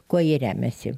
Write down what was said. kuo ji remiasi